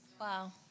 Wow